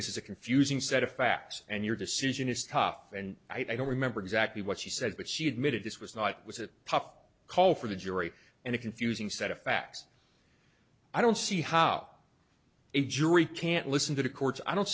this is a confusing set of facts and your decision is tough and i don't remember exactly what she said but she admitted this was not it was a tough call for the jury and a confusing set of facts i don't see how a jury can't listen to the court's i don't